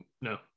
no